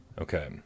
Okay